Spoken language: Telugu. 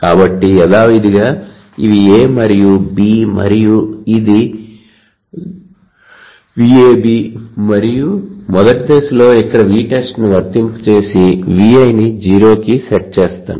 కాబట్టి యధావిధిగా ఇవి A మరియు B మరియు ఇది VAB మరియు మొదటి దశలో ఇక్కడ V test ను వర్తింప చేసి V i ని 0 కి సెట్ చేస్తాను